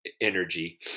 energy